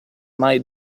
mai